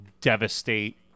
devastate